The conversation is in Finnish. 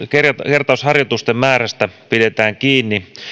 kertausharjoitusten määrästä pidetään kiinni